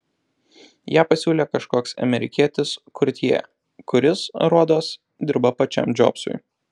ją pasiūlė kažkoks amerikietis kurtjė kuris rodos dirba pačiam džobsui